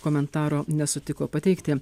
komentaro nesutiko pateikti